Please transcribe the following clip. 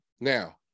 now